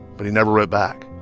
but he never wrote back.